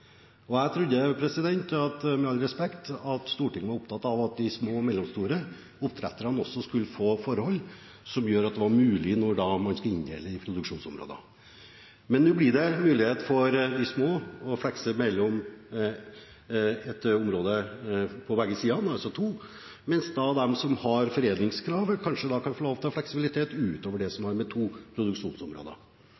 Og jeg trodde, med all respekt, at Stortinget var opptatt av at de små og mellomstore oppdretterne også skulle få forhold som gjorde det mulig når man skulle inndele i produksjonsområder. Nå blir det mulig for de små å flekse mellom et område på begge sider, altså to, mens de som har foredlingskrav, kanskje kan få lov til å ha fleksibilitet utover to produksjonsområder. Min oppfordring er selvfølgelig, og vi ser det